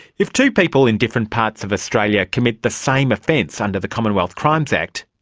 if two people in different parts of australia commit the same offence under the commonwealth crimes act,